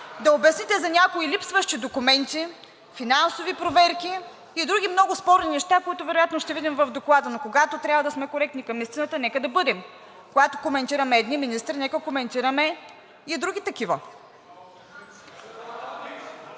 да обясните за някои липсващи документи, финансови проверки и други много спорни неща, които вероятно ще видим в Доклада. Но когато трябва да сме коректни към истината, нека да бъдем; когато коментираме едни министри, нека коментираме и други такива.